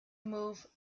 move